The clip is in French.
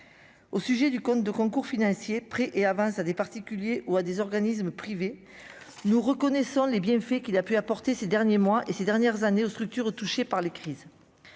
au sujet du compte de concours financiers Prêts et avances à des particuliers ou à des organismes privés, nous reconnaissons les bienfaits qu'il a pu apporter ces derniers mois et ces dernières années aux structures touchés par les crises